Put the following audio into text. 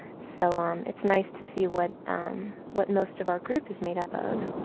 so um it's nice to see what um what most of our group is made up of.